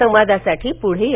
संवादासाठी पुढे या